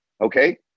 okay